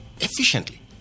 efficiently